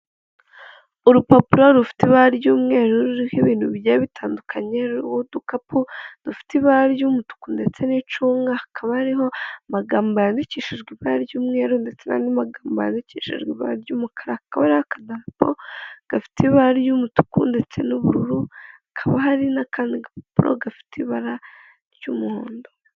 Urupapuro rufite ibara ry'umweru ruriho ibintu bigiye bitandukanye n'udukapu dufite ibara ry'umutuku ndetse n'icunga hakaba hariho amagambo yandikishijwe ibara ry'umweru ndetse n'andi magambo yandikishijwe ibara ry'umukara ariho agakapu gafite ibara ry'umutuku ndetse n'ubururu hakaba hari n'akandi gafite ibara ry'umuhondo .